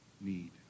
need